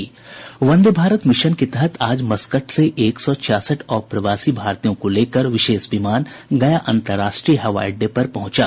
वंदे Bharat mission के तहत आज मस्कट से एक सौ छियासठ अप्रवासी भारतीयों को लेकर विशेष विमान गया अंतर्राष्ट्रीय हवाई अड्डे पर पहुंचा